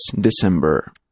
December